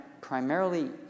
primarily